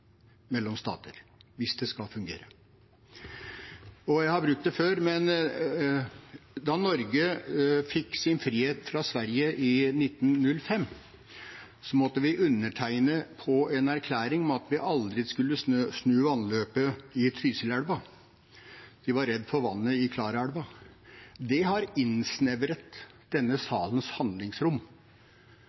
mellom stater hvis det skal fungere. Jeg har brukt det før, men da Norge fikk sin frihet fra Sverige i 1905, måtte vi undertegne en erklæring om at vi aldri skulle snu vannløpet i Trysilelva. De var redde for vannet i Klarälven. Det har innsnevret denne salens handlingsrom.